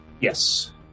Yes